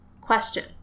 Question